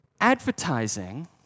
Advertising